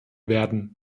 werden